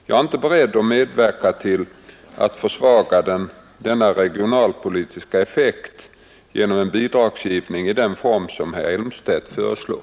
Jag är inte beredd att medverka till att försvaga denna regionalpolitiska effekt genom en bidragsgivning i den form herr Elmstedt föreslår.